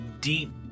deep